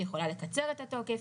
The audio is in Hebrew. היא יכולה לקצר את התוקף,